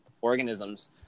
organisms